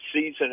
season